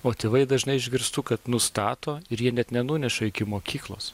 o tėvai dažnai išgirstu kad nustato ir jie net nenuneša iki mokyklos